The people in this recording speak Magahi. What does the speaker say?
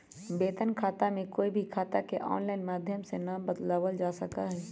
वेतन खाता में कोई भी खाता के आनलाइन माधम से ना बदलावल जा सका हई